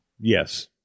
Yes